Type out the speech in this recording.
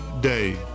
Day